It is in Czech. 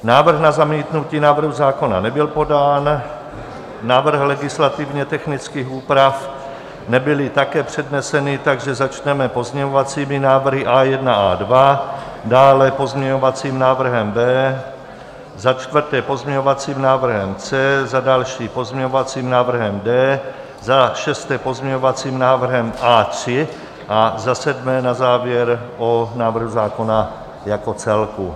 Návrh na zamítnutí návrhu zákona nebyl podán, návrh legislativně technických úprav také nebyl přednesen, takže začneme pozměňovacími návrhy A1 a A2, dále pozměňovacím návrhem B, za čtvrté pozměňovacím návrhem C, za další pozměňovacím návrhem D, za šesté pozměňovacím návrhem A3 a za sedmé na závěr o návrhu zákona jako celku.